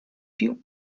più